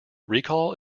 recall